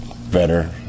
better